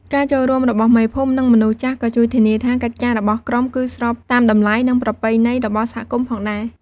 ការចូលរួមរបស់មេភូមិ និងមនុស្សចាស់ក៏ជួយធានាថា កិច្ចការរបស់ក្រុមគឺស្របតាមតម្លៃ និងប្រពៃណីរបស់សហគមន៍ផងដែរ។